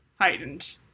heightened